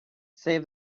save